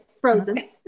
frozen